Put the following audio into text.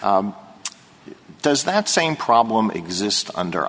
does that same problem exist under